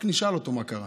רק נשאל אותו: מה קרה?